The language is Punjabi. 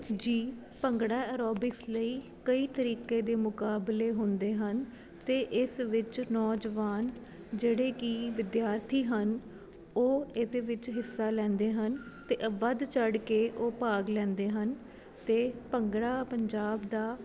ਜੀ ਭੰਗੜਾ ਐਰੋਬਿਕਸ ਲਈ ਕਈ ਤਰੀਕੇ ਦੇ ਮੁਕਾਬਲੇ ਹੁੰਦੇ ਹਨ ਅਤੇ ਇਸ ਵਿੱਚ ਨੌਜਵਾਨ ਜਿਹੜੇ ਕਿ ਵਿਦਿਆਰਥੀ ਹਨ ਉਹ ਇਸ ਵਿੱਚ ਹਿੱਸਾ ਲੈਂਦੇ ਹਨ ਅਤੇ ਵੱਧ ਚੜ ਕੇ ਉਹ ਭਾਗ ਲੈਂਦੇ ਹਨ ਅਤੇ ਭੰਗੜਾ ਪੰਜਾਬ ਦਾ